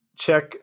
check